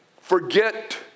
forget